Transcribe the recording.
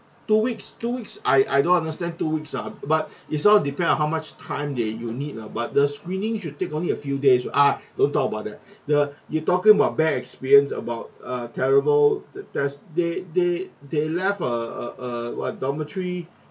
two weeks two weeks I I don't understand two weeks ah but it's all depend on how much time they you need lah but the screening should take only a few days [what] ah don't talk about that the you talking about bad experience about a terrible that's they they they left uh uh uh what dormitory